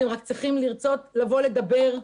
אתם רק צריכים לרצות לבוא לדבר.